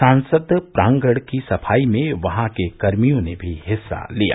संसद प्रांगण की सफाई में वहां के कर्मियों ने भी हिस्सा लिया